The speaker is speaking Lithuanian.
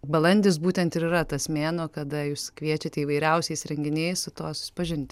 balandis būtent ir yra tas mėnuo kada jūs kviečiate įvairiausiais renginiais su tuo susipažinti